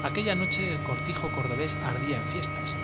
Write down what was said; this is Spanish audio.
aquella noche el cortijo cordobés ardía en fiestas